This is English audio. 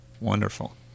Wonderful